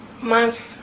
months